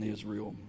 Israel